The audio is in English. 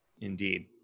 indeed